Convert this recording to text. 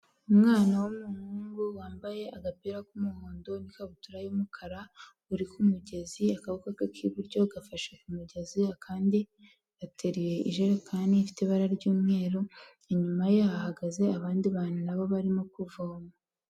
Umwana w'umuhungu wambaye agapira k'umuhondo n'ikabutura y'umukara uri ku mugezi akaboko ke k'iburyo gafashe ku mugezi akandi gateruye ijerekani ifite ibara ry'umweru inyuma ye hahagaze abandi bantu nabo barimo kuvoma.